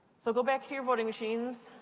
so go back to your voting machines.